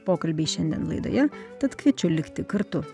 pokalbiai šiandien laidoje tad kviečiu likti kartu